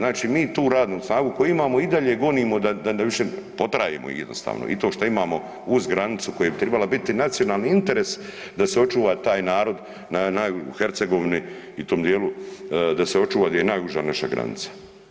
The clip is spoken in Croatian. Znači mi tu radnu snagu koju imamo i dalje gonimo da više poterajemo jednostavno i to što imamo uz granicu koja bi tribala biti nacionalni interes da se očuva taj narod u Hercegovini i tom dijelu da se očuva gdje je najuža naša granica.